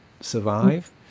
survive